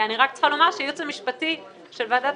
אני רק צריכה לומר שהייעוץ המשפטי של ועדת